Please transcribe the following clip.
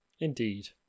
Indeed